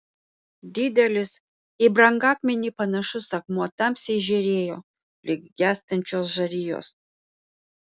didelis į brangakmenį panašus akmuo tamsiai žėrėjo lyg gęstančios žarijos